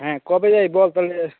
হ্যাঁ কবে যাবি বল তাহলে